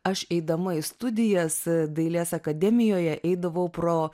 aš eidama į studijas dailės akademijoje eidavau pro